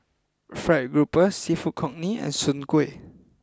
Fried Grouper Seafood Congee and Soon Kway